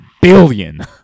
billion